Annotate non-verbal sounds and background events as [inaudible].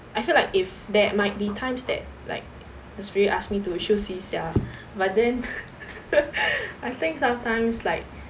I feel like if there might be times that like the spirit asked me to 休息一下 but then [laughs] I think sometimes like